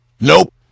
Nope